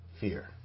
fear